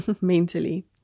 mentally